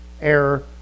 Error